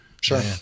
Sure